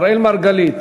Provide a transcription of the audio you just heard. אראל מרגלית,